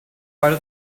write